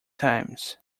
times